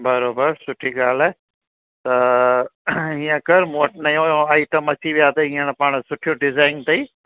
बराबरि सुठी ॻाल्हि आहे त ईअं कर मूं वटि नयों आईटम अची विया अथई हींअर पाण सुठियूं डिज़ाईन अथई